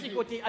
הפסיקו אותי.